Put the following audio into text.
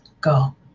go